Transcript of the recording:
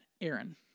Aaron